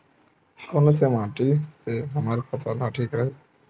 कोन से माटी से हमर फसल ह ठीक रही?